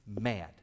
mad